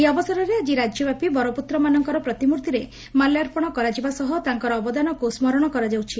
ଏହି ଅବସରରେ ଆଜି ରାଜ୍ୟ ବ୍ୟାପି ବରପୁତ୍ରମାନଙ୍କର ପ୍ରତିମୂର୍ଭିରେ ମାଲ୍ୟାର୍ପଶ କରାଯିବା ସହ ତାଙ୍କର ଅବଦାନକୁ ସ୍କରଣ କରାଯାଉଛି